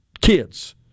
kids